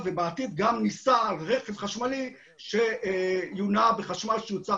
אם ישנה הזדמנות לוועדה לקצר את זה בשנה ולחסוך בחיי אדם,